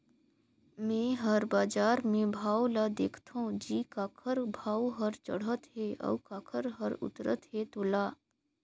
मे हर बाजार मे भाव ल देखथों जी काखर भाव हर चड़हत हे अउ काखर हर उतरत हे तोला